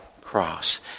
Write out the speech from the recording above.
cross